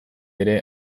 ere